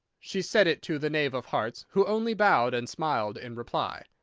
she said it to the knave of hearts, who only bowed and smiled in reply.